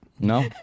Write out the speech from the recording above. No